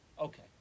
Okay